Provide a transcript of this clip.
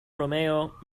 romeo